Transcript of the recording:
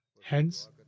Hence